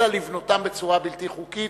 אלא לבנותם בצורה בלתי חוקית,